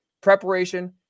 preparation